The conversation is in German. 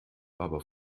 aber